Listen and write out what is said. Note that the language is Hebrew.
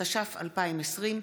התש"ף 2020,